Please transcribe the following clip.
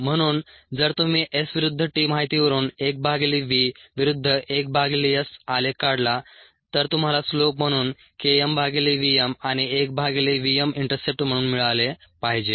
म्हणून जर तुम्ही S विरुद्ध t माहितीवरून 1 भागिले v विरुद्ध 1 भागिले S आलेख काढला तर तुम्हाला स्लोप म्हणून K m भागिले v m आणि 1 भागिले v m इंटरसेप्ट म्हणून मिळाले पाहिजे